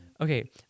okay